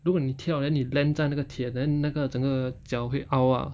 如果你跳 then 你 land 在那个铁 then 那个整个脚会凹 ah